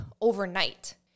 overnight